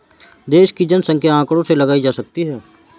देश की जनसंख्या आंकड़ों से लगाई जा सकती है